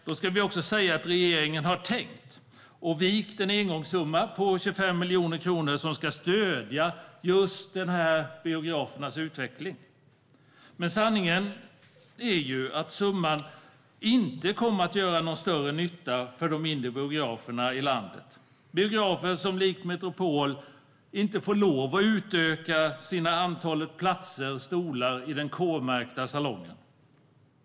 Då ska jag också säga att regeringen har tänkt och vikt en engångssumma på 25 miljoner kronor som ska stödja just biografernas utveckling. Men sanningen är att summan inte kommer att göra någon större nytta för de mindre biograferna i landet, biografer som likt Metropol inte får lov att utöka antalet platser i den k-märkta salongen.